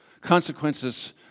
Consequences